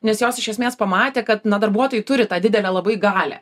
nes jos iš esmės pamatė kad na darbuotojai turi tą didelę labai galią